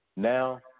Now